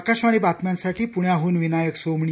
आकाशवाणी बातम्यांसाठी पुण्याहून विनायक सोमणी